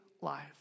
life